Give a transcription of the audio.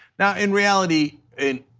yeah in reality in